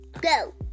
go